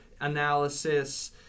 analysis